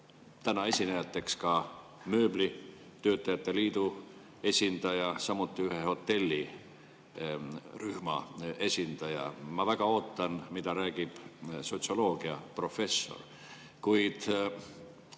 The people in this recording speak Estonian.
esinejateks mööblitootjate liidu esindaja, samuti ühe hotellirühma esindaja. Ma väga ootan, mida räägib sotsioloogiaprofessor. Kuid